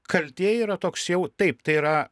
kaltė yra toks jau taip tai yra